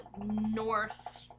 north